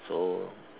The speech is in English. so